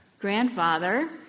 grandfather